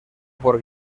por